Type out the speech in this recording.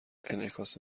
انعکاس